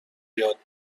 یاد